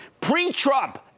pre-Trump